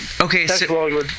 okay